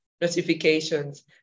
notifications